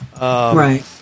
Right